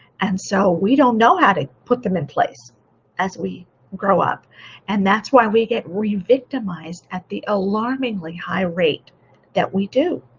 and so we don't know how to put them in place place as we grow up and that's why we get re-victimized at the alarmingly high rate that we do.